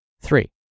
Three